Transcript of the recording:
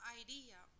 idea